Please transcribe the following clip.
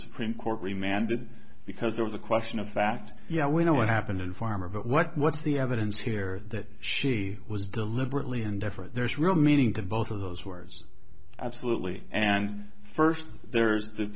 supreme court remanded because there was a question of fact you know we know what happened in farmer what's the evidence here that she was deliberately indifferent there's real meaning to both of those words absolutely and first there's the